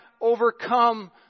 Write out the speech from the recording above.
overcome